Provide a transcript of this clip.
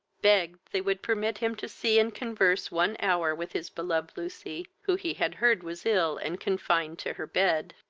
begged they would permit him to see and converse one hour with his beloved lucy, who he had heard was ill, and confined to her bed.